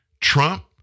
Trump